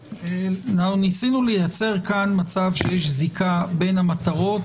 ניסינו לייצר פה מצב שיש זיקה בין המטרות